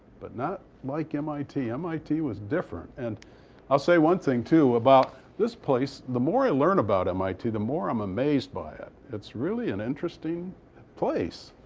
but not like mit. mit was different. and i'll say one thing too about this place. the more i learn about mit, the more i'm amazed by it. it's really an interesting place.